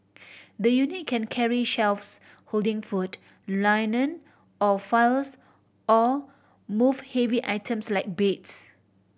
the unit can carry shelves holding food linen or files or move heavy items like beds